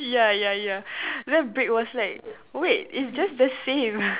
ya ya ya then brick was like wait it's just the same